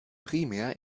primär